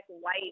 white